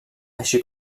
així